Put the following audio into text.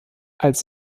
als